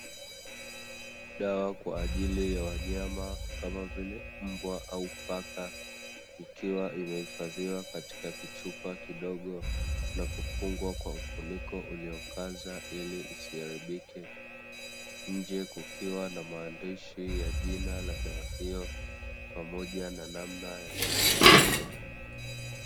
Dawa kwaajili ya wanyama kama vile mbwa au paka, ikiwa imehifadhiwa katika kichupa kidogo na kufungwa kwa mfuniko uliokaza ili isiharibike, kukiwa na maandishi ya jina la dawa hiyo pamoja na namna ya kutumia.